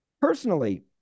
personally